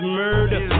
murder